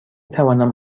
توانم